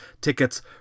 tickets